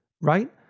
right